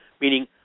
meaning